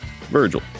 Virgil